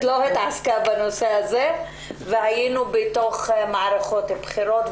לא התעסקה בנושא הזה והיינו בתוך מערכות בחירות,